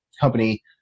company